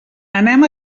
anem